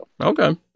Okay